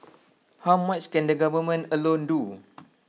how much can the government alone do